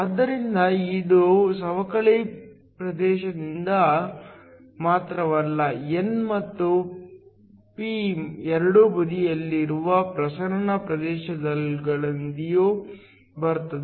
ಆದ್ದರಿಂದ ಇದು ಸವಕಳಿ ಪ್ರದೇಶದಿಂದ ಮಾತ್ರವಲ್ಲ n ಮತ್ತು p ಎರಡೂ ಬದಿಯಲ್ಲಿರುವ ಪ್ರಸರಣ ಪ್ರದೇಶಗಳಿಂದಲೂ ಬರುತ್ತದೆ